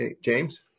James